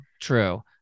true